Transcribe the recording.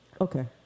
Okay